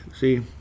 See